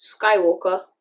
Skywalker